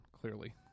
clearly